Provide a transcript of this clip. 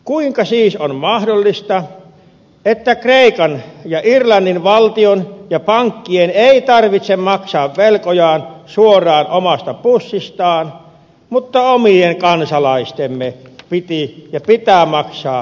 kuinka on siis mahdollista että kreikan ja irlannin valtion ja pankkien ei tarvitse maksaa velkojaan suoraan omasta pussistaan mutta omien kansalaistemme piti ja pitää maksaa heidänkin puolestaan